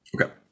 Okay